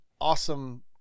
awesome